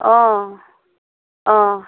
অ অ